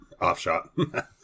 Offshot